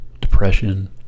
depression